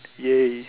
!yay!